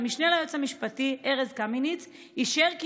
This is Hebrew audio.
והמשנה ליועץ המשפטי ארז קמיניץ אישר כי